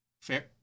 Fair